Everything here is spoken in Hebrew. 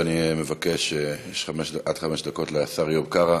אני מבקש, יש עד חמש דקות לשר איוב קרא.